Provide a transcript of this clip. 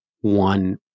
one